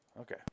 Okay